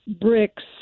bricks